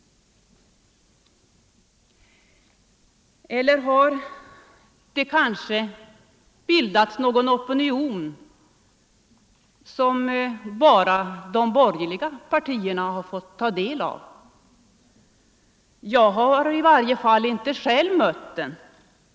Eller har det kanske bildats någon opinion som bara de borgerliga partierna har fått ta del av? Jag har själv i varje fall inte mött den.